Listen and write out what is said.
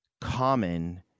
common